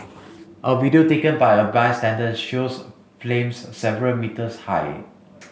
a video taken by a bystander shows flames several metres high